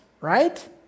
right